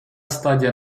стадія